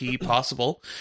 possible